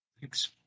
Thanks